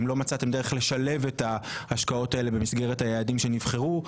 אם לא מצאתם דרך לשלב את ההשקעות האלה במסגרת היעדים שנבחרו,